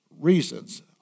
reasons